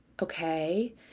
Okay